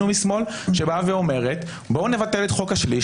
ומשמאל שבאה ואומרת: בואו נבטל את חוק השליש,